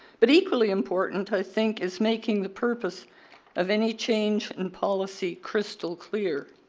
but equally important i think is making the purpose of any change in policy crystal clear.